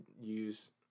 use